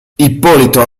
ippolito